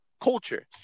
culture